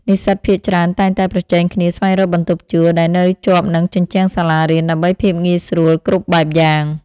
និស្សិតភាគច្រើនតែងតែប្រជែងគ្នាស្វែងរកបន្ទប់ជួលដែលនៅជាប់នឹងជញ្ជាំងសាលារៀន ដើម្បីភាពងាយស្រួលគ្រប់បែបយ៉ាង។